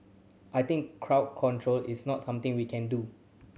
I think crowd control is not something we can do